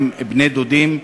בני-דודים,